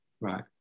right